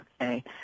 Okay